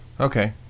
Okay